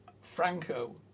Franco